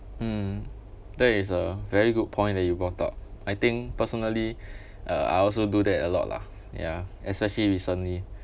mm that is a very good point that you brought up I think personally uh I also do that a lot lah ya especially recently